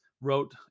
wrote